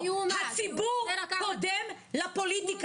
הציבור קודם לפוליטיקה.